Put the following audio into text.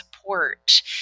support